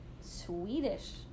swedish